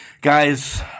Guys